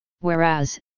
whereas